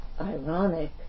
ironic